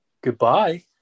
Goodbye